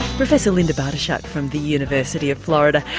professor linda bartoshuk from the university of florida.